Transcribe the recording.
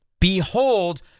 Behold